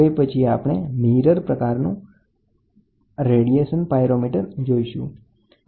હવે પછી આપણે મિરર પ્રકારનું રેડિયેશન પાયરોમીટર જોઈશું